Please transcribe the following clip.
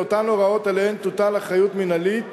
אותן הוראות שעליהן תוטל אחריות מינהלית